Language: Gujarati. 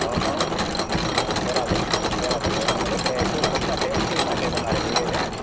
અહ બરાબર બરાબર બરાબર એટલે તો ટૂંકમાં સેફ્ટી માટે તમારે જોઈએ છેને